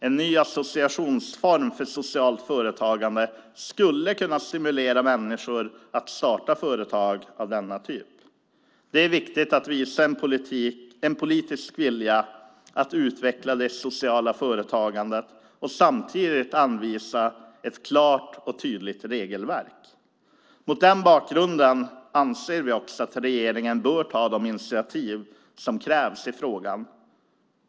En ny associationsform för socialt företagande skulle kunna stimulera människor att starta företag av denna typ. Det är viktigt att visa en politisk vilja att utveckla det sociala företagandet och samtidigt anvisa ett klart och tydligt regelverk. Mot den bakgrunden anser vi att regeringen bör ta de initiativ som krävs i frågan.